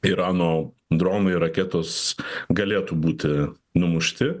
irano dronai raketos galėtų būti numušti